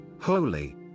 Holy